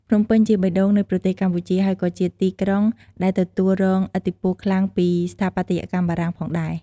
ភ្នំពេញជាបេះដូងនៃប្រទេសកម្ពុជា ហើយក៏ជាទីក្រុងដែលទទួលរងឥទ្ធិពលខ្លាំងពីស្ថាបត្យកម្មបារាំងផងដែរ។